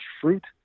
fruit